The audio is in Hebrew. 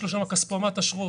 יש שם כספומט אשרות.